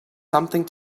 something